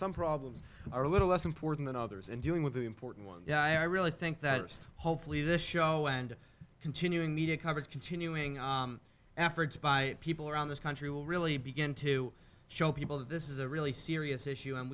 some problems are a little less important than others and doing with the important one i really think that hopefully the show and continuing media coverage continuing efforts by people around this country will really begin to show people that this is a really serious issue and